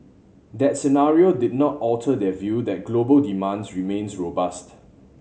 that scenario did not alter their view that global demands remains robust